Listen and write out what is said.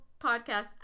podcast